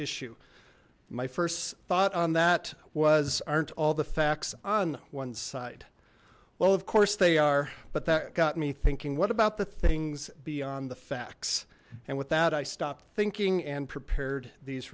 issue my first thought on that was aren't all the facts on one side well of course they are but that got me thinking what about the things beyond the facts and with that i stopped thinking and prepared these